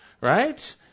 right